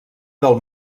del